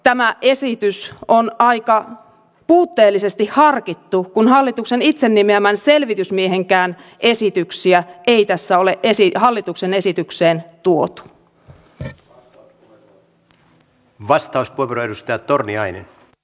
tämä esitys on aika puutteellisesti harkittu kun hallituksen itse nimeämän selvitysmiehenkään esityksiä ei tässä ole hallituksen esitykseen tuotu